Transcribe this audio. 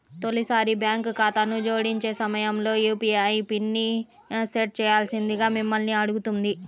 తొలిసారి బ్యాంక్ ఖాతాను జోడించే సమయంలో యూ.పీ.ఐ పిన్ని సెట్ చేయాల్సిందిగా మిమ్మల్ని అడుగుతుంది